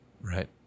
right